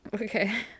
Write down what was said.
Okay